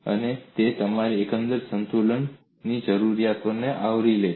અને તે તમારી એકંદર સંતુલન જરૂરિયાતોને આવરી લે છે